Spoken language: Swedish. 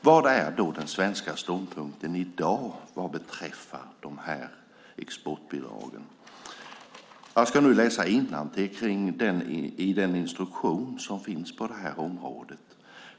Vad är då den svenska ståndpunkten i dag när det gäller exportbidragen? Jag ska läsa ur den instruktion som finns på det här området.